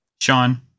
Sean